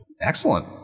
Excellent